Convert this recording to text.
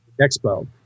Expo